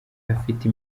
afite